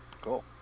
Cool